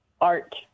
art